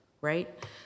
Right